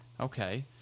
okay